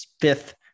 fifth